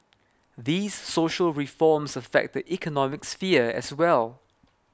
these social reforms affect the economic sphere as well